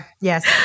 Yes